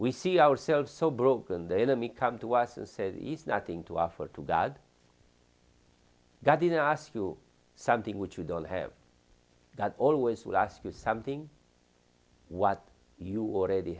we see ourselves so broken the enemy come to us and says he is nothing to offer to god god didn't ask you something which you don't have that always will ask you something what you already